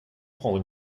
prendre